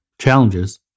challenges